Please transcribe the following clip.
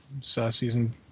season